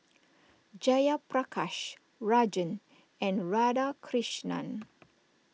Jayaprakash Rajan and Radhakrishnan